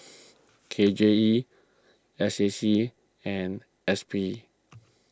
K J E S A C and S P